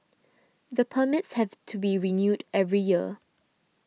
the permits have to be renewed every year